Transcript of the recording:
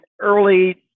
early